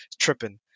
tripping